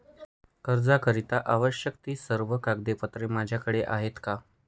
कर्जाकरीता आवश्यक ति सर्व कागदपत्रे माझ्याकडे आहेत का?